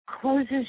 closes